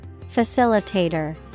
Facilitator